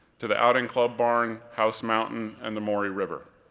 to the outing club barn, house mountain, and the maury river,